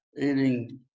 eating